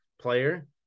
player